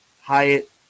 Hyatt